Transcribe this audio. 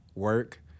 work